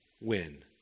win